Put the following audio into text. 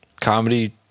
comedy